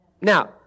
Now